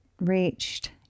reached